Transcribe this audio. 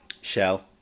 shell